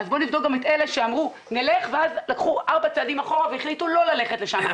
בוא נבדוק גם את אלה שרצו ואז לקחו 4 צעדים אחורה והחליטו לא ללכת לשם.